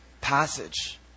passage